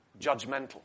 judgmental